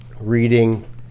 Reading